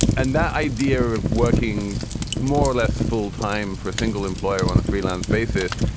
and that idea of working more or less full time for a single employer on a freelance basis,